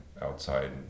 outside